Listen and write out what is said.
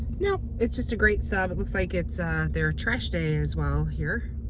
no, it's just a great sub it looks like it's ah their trash day as well here,